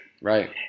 Right